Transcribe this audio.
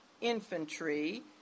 infantry